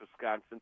wisconsin